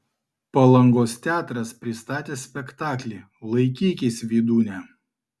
palangos teatras pristatė spektaklį laikykis vydūne